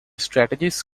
strategies